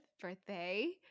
birthday